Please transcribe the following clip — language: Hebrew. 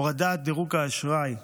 הורדת דירוג האשראי,